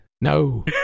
No